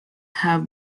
have